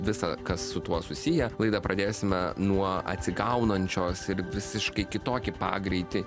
visą kas su tuo susiję laidą pradėsime nuo atsigaunančios ir visiškai kitokį pagreitį